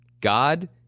God